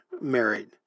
married